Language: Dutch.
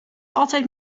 altijd